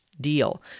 deal